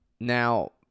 Now